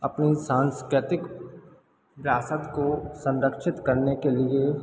अपनी सांस्कृतिक विरासत को संरक्षित करने के लिए